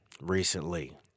recently